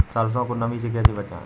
सरसो को नमी से कैसे बचाएं?